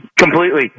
Completely